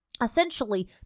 Essentially